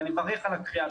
אני מברך על הדחייה הזאת.